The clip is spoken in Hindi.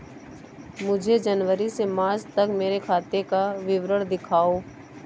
मुझे जनवरी से मार्च तक मेरे खाते का विवरण दिखाओ?